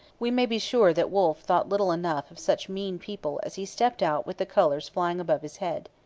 we may be sure that wolfe thought little enough of such mean people as he stepped out with the colours flying above his head.